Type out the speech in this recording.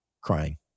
crying